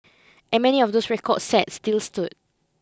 and many of those records set still stood